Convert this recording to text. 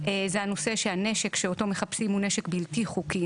זה הנושא שהנשק אותו מחפשים הוא נשק בלתי חוקי.